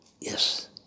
Yes